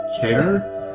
care